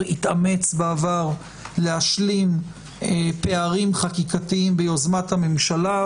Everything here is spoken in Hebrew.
התאמץ בעבר להשלים פערים חקיקתיים ביוזמת הממשלה,